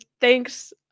thanks